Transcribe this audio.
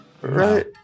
Right